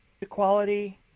equality